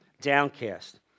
downcast